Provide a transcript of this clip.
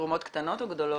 -- תרומות קטנות או גדולות?